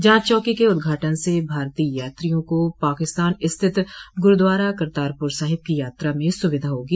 जांच चौकी के उद्घाटन से भारतीय यात्रियों को पाकिस्तान स्थित गुरूद्वारा करतारपुर साहिब की यात्रा में सुविधा होगी